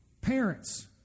parents